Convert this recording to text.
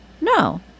No